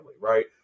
right